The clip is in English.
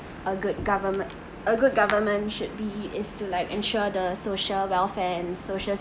a good governme~ a good government should be is to like ensure the social welfare and social